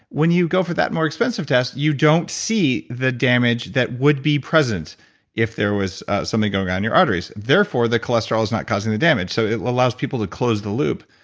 when you go for that more expensive test, you don't see the damage that would be present if there was something something going on in your arteries therefore, the cholesterol is not causing the damage, so it allows people to close the loop,